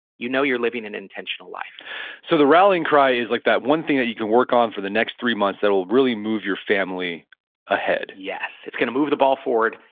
you know you're living an intentional life so the rallying cry is like that one thing that you can work on for the next three months that'll really move your family ahead yes. it's gonna move the ball forward.